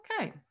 okay